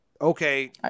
Okay